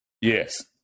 yes